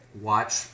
watch